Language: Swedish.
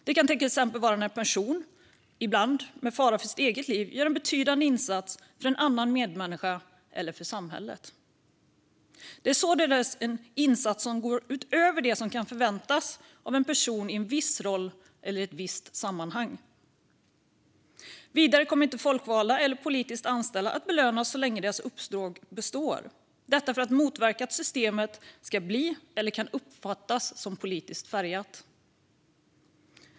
Det kan till exempel vara när en person, ibland med fara för sitt liv, gör en betydande insats för en medmänniska eller för samhället. Det är således en insats som går utöver det som kan förväntas av en person i en viss roll eller i ett visst sammanhang. Vidare kommer inte folkvalda eller politiskt anställda att belönas så länge deras uppdrag består - detta för att motverka att systemet ska bli eller kan uppfattas som politiskt färgat.